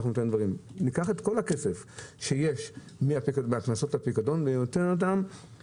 ניקח את כל הכסף מהכנסות הפיקדון לצורך